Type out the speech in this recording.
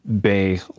Bay